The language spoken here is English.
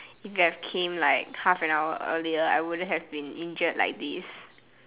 if you have came like half an hour earlier I wouldn't have been injured like this